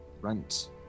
rent